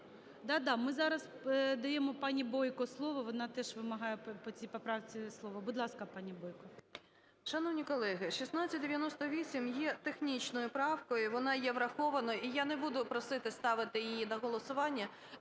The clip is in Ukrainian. Да-да, ми зараз надаємо пані Бойко слово, вона теж вимагає по цій поправці слово. Будь ласка, пані Бойко. 10:44:19 БОЙКО О.П. Шановні колеги, 1698 є технічною правкою, вона є врахованою. І я не буду просити ставити її на голосування.